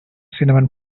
cinnamon